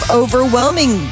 overwhelming